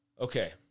okay